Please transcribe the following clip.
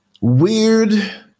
weird